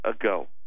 ago